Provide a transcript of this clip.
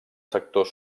sector